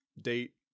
Date